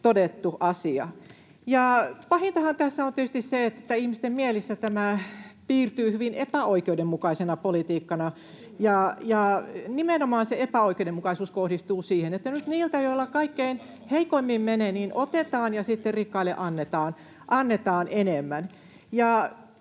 todettu asia, ja pahintahan tässä on tietysti se, että ihmisten mielissä tämä piirtyy hyvin epäoikeudenmukaisena politiikkana, ja nimenomaan se epäoikeudenmukaisuus kohdistuu siihen, että nyt niiltä, joilla kaikkein heikoimmin menee, otetaan ja sitten rikkaille annetaan enemmän.